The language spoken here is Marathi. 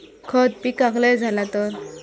खता पिकाक लय झाला तर?